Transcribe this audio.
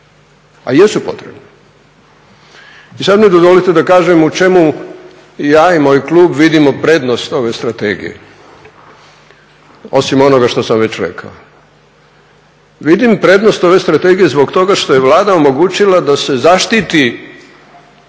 a jesu potrebne. I sada mi dozvolite da kažem u čemu ja i moj klub vidimo prednost ove Strategije osim onoga što sam već rekao. Vidim prednost ove Strategije zbog toga što je Vlada omogućila da se zaštiti